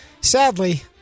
sadly